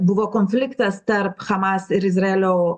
buvo konfliktas tarp hamas ir izraelio